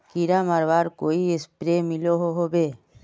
कीड़ा मरवार कोई स्प्रे मिलोहो होबे?